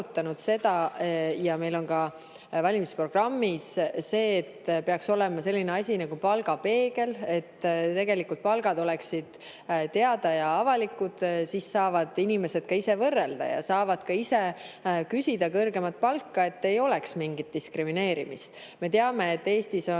on ka valimisprogrammis see, et peaks olema selline asi nagu palgapeegel, mille abil oleksid palgad tegelikult teada ja avalikud. Siis saaksid inimesed ise võrrelda ja saaksid ka ise küsida kõrgemat palka, et ei oleks mingit diskrimineerimist. Me teame, et Eestis on